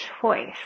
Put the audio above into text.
choice